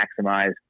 maximize